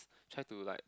try to like